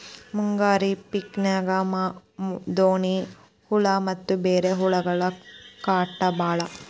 ಮುಂಗಾರಿ ಪಿಕಿನ್ಯಾಗ ಡೋಣ್ಣಿ ಹುಳಾ ಮತ್ತ ಬ್ಯಾರೆ ಹುಳಗಳ ಕಾಟ ಬಾಳ